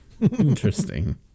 Interesting